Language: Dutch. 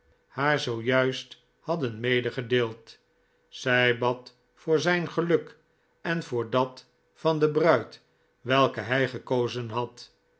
haar zoo juist hadden medegedeeld zij bad voor zijn geluk en voor dat van de bruid welke hij gekozen had